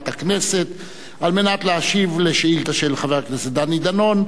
במת הכנסת כדי להשיב על שאילתא של חבר הכנסת דני דנון,